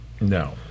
No